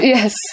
Yes